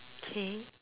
K